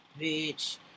Bitch